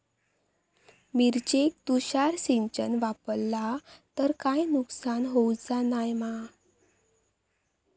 मिरचेक तुषार सिंचन वापरला तर काय नुकसान होऊचा नाय मा?